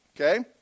okay